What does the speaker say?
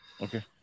Okay